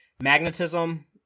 magnetism